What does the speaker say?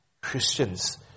Christians